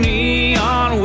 Neon